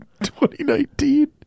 2019